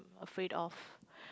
afraid of